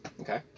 Okay